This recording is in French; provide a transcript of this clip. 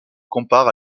compare